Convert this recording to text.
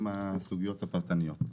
הסוגיות הפרטניות.